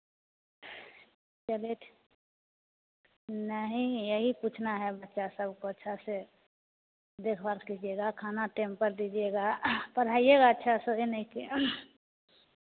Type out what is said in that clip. चलिए नहीं यही पूछना है बच्चा सबको अच्छा से देख भाल कीजिएगा खाना टैम पर दीजिएगा पढ़ाईएगा अच्छा से यह नहीं कि